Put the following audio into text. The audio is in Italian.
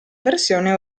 versione